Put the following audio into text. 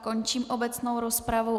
Končím obecnou rozpravu.